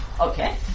Okay